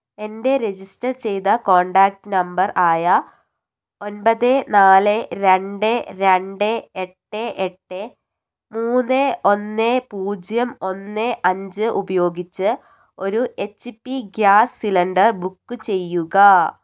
എൻ്റെ രജിസ്റ്റർ ചെയ്ത contact number ആയ ഒൻപത് നാല് രണ്ട് രണ്ട് എട്ട് എട്ട് മൂന്ന് ഒന്ന് പൂജ്യം ഒന്ന് അഞ്ച് ഉപയോഗിച്ച് ഒരു H P gas cylinder book ചെയ്യുക